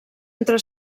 entre